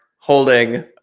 holding